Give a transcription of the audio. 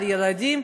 על הילדים,